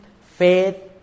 Faith